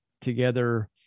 together